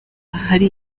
ahari